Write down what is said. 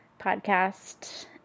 podcast